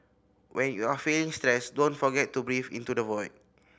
when you are feeling stressed don't forget to breathe into the void